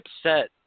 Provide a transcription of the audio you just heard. upset